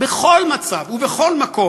בכל מצב ובכל מקום,